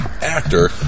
Actor